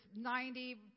90%